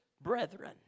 brethren